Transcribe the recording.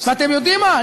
ואתם יודעים מה?